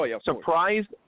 Surprised